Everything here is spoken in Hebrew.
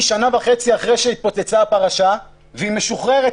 שנה וחצי אחרי שהתפוצצה הפרשה היא משוחררת,